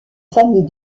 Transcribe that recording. famille